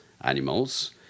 animals